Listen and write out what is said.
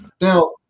Now